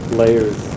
layers